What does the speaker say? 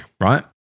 Right